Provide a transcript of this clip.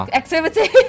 activity